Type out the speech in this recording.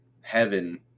heaven